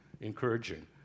encouraging